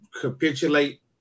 capitulate